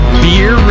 beer